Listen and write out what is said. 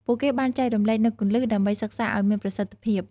ពួកគេបានចែករំលែកនូវគន្លឹះ ដើម្បីសិក្សាឱ្យមានប្រសិទ្ធភាព។